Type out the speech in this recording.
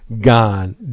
gone